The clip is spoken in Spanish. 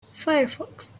firefox